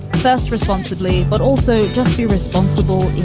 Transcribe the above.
possessed responsibly, but also just be responsible.